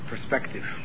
perspective